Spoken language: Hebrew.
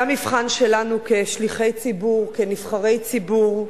זה המבחן שלנו כשליחי ציבור, כנבחרי ציבור.